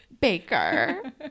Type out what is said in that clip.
baker